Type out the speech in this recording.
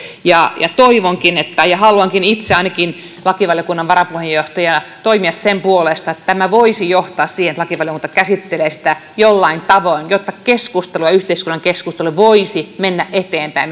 toivonkin ja haluan itse ainakin lakivaliokunnan varapuheenjohtajana toimia sen puolesta että tämä voisi johtaa siihen että lakivaliokunta käsittelee sitä jollain tavoin jotta keskustelu ja yhteiskunnan keskustelu voisivat mennä eteenpäin